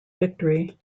victory